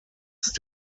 ist